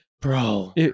Bro